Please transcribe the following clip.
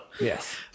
yes